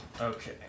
Okay